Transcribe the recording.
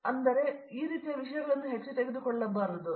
ವಿಶ್ವನಾಥನ್ ಆದ್ದರಿಂದ ಈ ರೀತಿಯ ವಿಷಯಗಳನ್ನು ಹೆಚ್ಚು ತೆಗೆದುಕೊಳ್ಳಬಾರದು